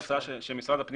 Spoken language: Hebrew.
זאת הצעה של משרד הפנים.